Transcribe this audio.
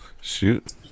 Shoot